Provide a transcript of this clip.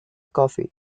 coffee